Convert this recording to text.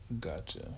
gotcha